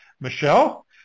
Michelle